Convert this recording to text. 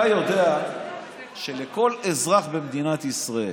אתה יודע שלכל אזרח במדינת ישראל,